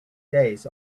days